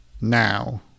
Now